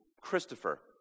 Christopher